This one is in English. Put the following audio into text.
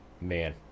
man